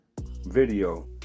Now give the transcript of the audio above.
video